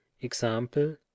example